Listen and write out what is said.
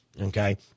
okay